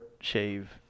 shave